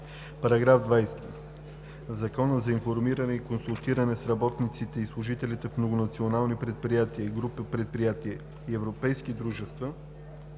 § 20: „§ 20. В Закона за информиране и консултиране с работниците и служителите в многонационални предприятия, групи предприятия и европейски дружества